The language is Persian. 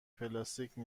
پلاستیکی